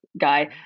guy